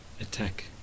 attack